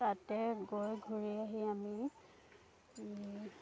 তাতে গৈ ঘূৰি আহি আমি